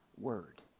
word